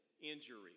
injury